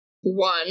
one